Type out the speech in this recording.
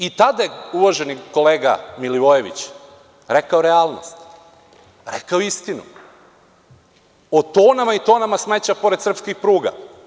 I tada je uvaženi kolega Milivojević rekao realnost, rekao istinu, o tonama i tonama smeća pored srpskih pruga.